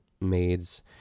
maids